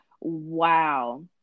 Wow